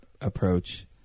approach